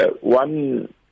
one